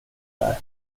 där